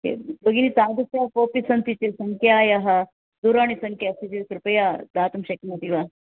भगिनि तादृशः कोऽपि सन्ति चेत् सङ्ख्यायाः दूरवाणीसङ्ख्या अस्ति चेत् कृपया दातुं शक्नोति वा